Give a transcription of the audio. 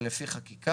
אלא לפי חקיקה,